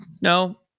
No